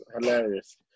hilarious